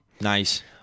Nice